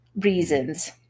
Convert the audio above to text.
reasons